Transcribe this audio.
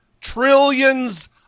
trillions